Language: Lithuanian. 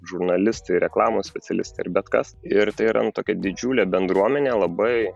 žurnalistai reklamos specialistai bet kas ir tai yra tokia didžiulė bendruomenė labai